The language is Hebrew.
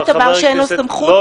בית משפט אמר שאין לו סמכות,